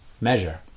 measure